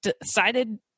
decided